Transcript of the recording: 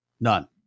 None